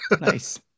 Nice